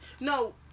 No